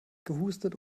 gehustet